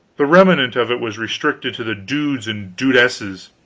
the remnant of it was restricted to the dudes and dudesses.